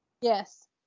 Yes